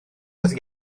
oedd